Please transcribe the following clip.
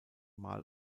mal